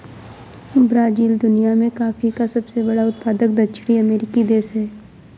Brazil दुनिया में coffee का सबसे बड़ा उत्पादक दक्षिणी अमेरिकी देश है